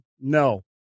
no